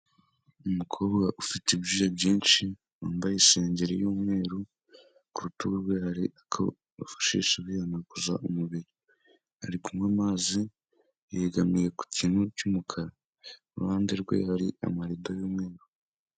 Umukobwa ufite ibyuya byinshi wambaye isengeri y'umweru ku rutugu rwe hari aka bafashisha bihanaguza umubiri ari kunywa amazi yegamiye ku kintu cyumukara iruhande rwe hari amarido y'umweru.